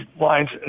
lines